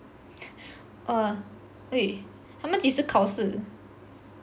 err !oi! 他们几时考试